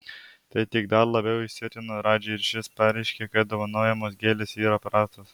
tai tik dar labiau įsiutino radžį ir šis pareiškė kad dovanojamos gėlės yra prastos